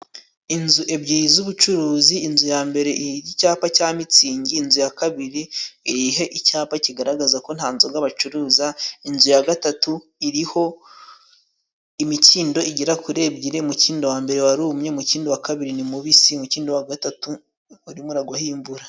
Inzu ebyiri z'ubucuruzi, inzu ya mbere iriho icyapa cya mitsingi, inzu ya kabiri iriho icyapa kigaragazako nta nzoga bacuruza, inzu ya gatatu iriho imikindo igera kuri ebyiri ,umukindo wa mbere warumye ,umukindo, wa kabiri ni mubisi ,umukindo wa gatatu urimo uragwaho imvura.